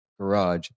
garage